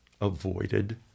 avoided